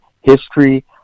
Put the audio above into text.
history